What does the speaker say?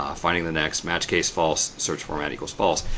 ah finding the next, match case false, search format equals false.